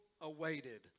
awaited